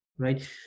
right